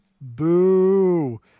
boo